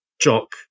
jock